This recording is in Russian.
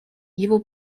его